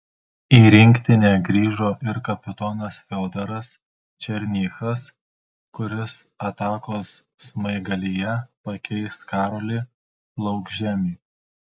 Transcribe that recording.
į rinktinę grįžo ir kapitonas fiodoras černychas kuris atakos smaigalyje pakeis karolį laukžemį